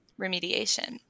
remediation